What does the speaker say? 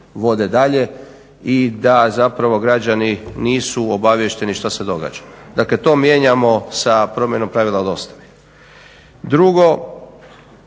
vode dalje i da zapravo građani nisu obaviješteni što se događa. Dakle to mijenjamo sa promjenom pravila o dostavi. Drugo,